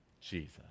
Jesus